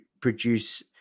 produce